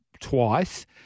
twice